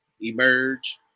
emerge